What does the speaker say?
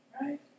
Right